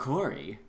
Corey